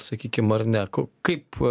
sakykim ar ne kaip